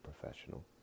professional